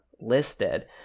listed